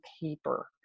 paper